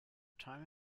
time